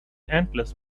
endless